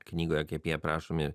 knygoje kaip jie aprašomi